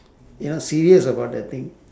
you know serious about the thing